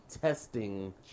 testing